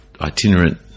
itinerant